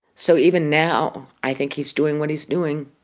so even now i think he's doing what he's doing